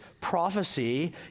prophecy